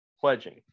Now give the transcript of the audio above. pledging